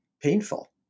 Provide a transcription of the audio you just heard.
painful